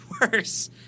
worse